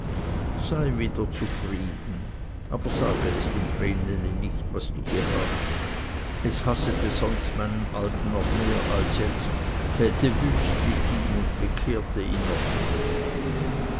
sei wieder zufrieden aber sage es dem vreneli nicht was du gehabt es hassete sonst meinen alten noch mehr als jetzt täte wüst mit ihm und bekehrte ihn doch nicht